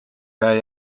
käe